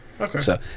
Okay